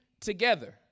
together